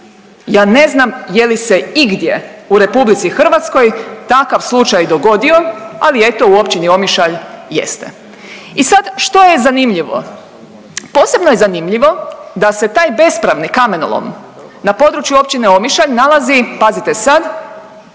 Ja ne znam je li se igdje u RH takav slučaj dogodio, ali eto u Općini Omišalj jeste. I sad što je zanimljivo? Posebno je zanimljivo da se taj bespravni kamenolom na području Općine Omišalj nalazi pazite sad